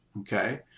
okay